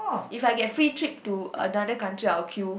if I get free trip to another country I'll queue